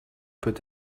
peut